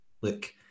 look